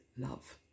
love